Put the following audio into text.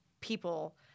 people